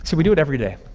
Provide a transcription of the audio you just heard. so we do it every day.